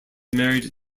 married